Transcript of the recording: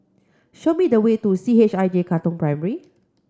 show me the way to C H I J Katong Primary